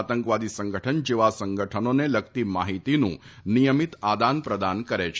આતંકવાદી સંગઠન જેવા સંગઠનોને લગતી માહિતીનું નિયમીત આદાન પ્રદાન કરે છે